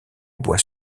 bois